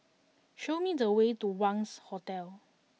show me the way to Wangz Hotel